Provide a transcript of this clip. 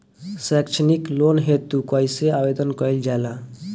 सैक्षणिक लोन हेतु कइसे आवेदन कइल जाला?